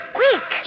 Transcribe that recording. quick